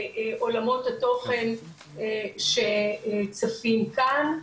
עולמות התוכן שצפים כאן.